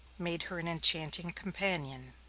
made her an enchanting companion.